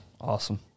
Awesome